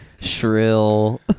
shrill